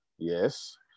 Yes